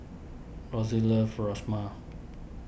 Rosy loves Rajma